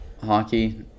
Hockey